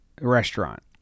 restaurant